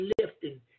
lifting